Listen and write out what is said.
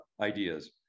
ideas